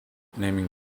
naming